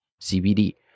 CBD